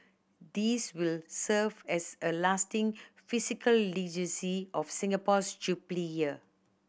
these will serve as a lasting physical of Singapore's Jubilee Year